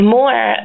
more